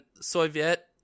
Soviet